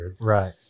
right